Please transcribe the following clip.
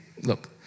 look